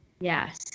yes